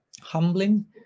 humbling